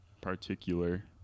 particular